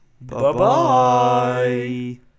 Bye-bye